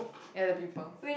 ya the people